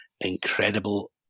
incredible